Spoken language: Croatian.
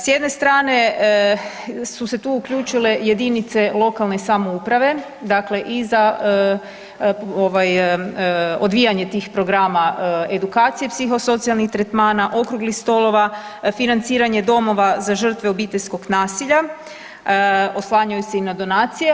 S jedne strane su se tu uključile jedinice lokalne samouprave, dakle i za ovaj odvijanje tih programa edukacije psihosocijalnih tretmana, okruglih stolova, financiranje domova za žrtve obiteljskog nasilja oslanjaju se i na donacije.